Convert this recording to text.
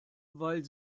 weil